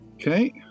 Okay